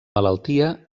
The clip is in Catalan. malaltia